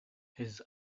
his